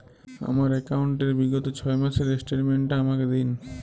আমার অ্যাকাউন্ট র বিগত ছয় মাসের স্টেটমেন্ট টা আমাকে দিন?